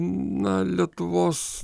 na lietuvos